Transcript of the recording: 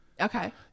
Okay